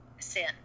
sin